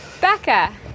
becca